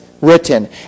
written